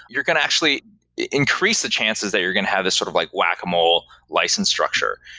you're going to actually increase the chances that you're going to have this sort of like whack a mole license structure.